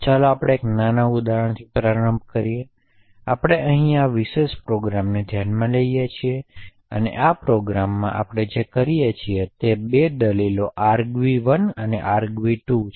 ચાલો આપણે એક નાના ઉદાહરણથી પ્રારંભ કરીએ તેથી ચાલો આપણે અહીં આ વિશેષ પ્રોગ્રામને ધ્યાનમાં લઈએ અને આ પ્રોગ્રામમાં આપણે જે કરીએ છીએ તે 2 દલીલો argv1 અને argv2 છે